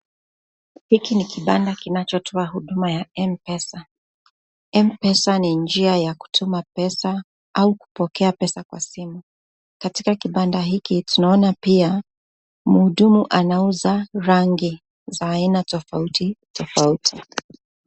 Hiki ni kibanda kinachotoa huduma ya, m-pesa. M-pesa ni njia ya kutuma pesa au kupokea pesa kwa simu. Katika kibanda hiki tunaona pia mhudumu anauza rangi za aina tofauti tofauti.